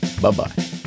Bye-bye